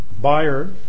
buyer